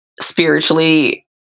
spiritually